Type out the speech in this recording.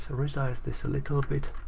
so resize this a little bit,